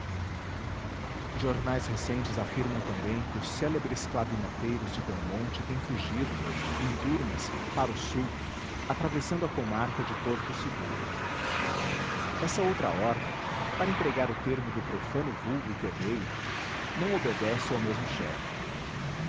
jornais recentes afirmam também que os célebres clavinoteiros de belmonte têm fugido em turmas sara o sul atravessando a comarca de porto seguro essa outra horda para empregar o termo do profano vulgo que odeio não obedece ao mesmo chefe